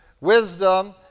Wisdom